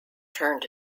turned